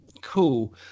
cool